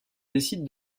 décide